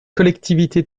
collectivités